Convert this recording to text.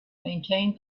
maintained